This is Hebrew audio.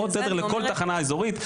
עוד תדר לכל תחנה אזורית.